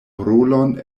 rolon